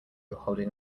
holding